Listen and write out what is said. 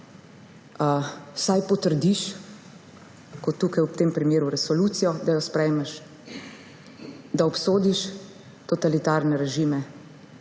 vsaj potrdiš – kot tukaj ob tem primeru resolucijo, da jo sprejmeš – da obsodiš totalitarne režime,